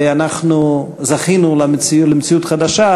ואנחנו זכינו למציאות חדשה,